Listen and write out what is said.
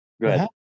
good